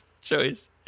choice